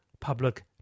public